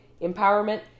empowerment